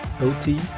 OT